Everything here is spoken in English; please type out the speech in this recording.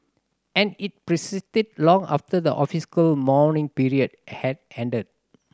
and it persisted long after the mourning period had ended